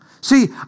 See